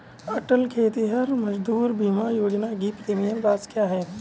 अटल खेतिहर मजदूर बीमा योजना की प्रीमियम राशि क्या है?